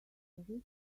history